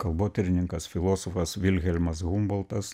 kalbotyrininkas filosofas vilhelmas humboldtas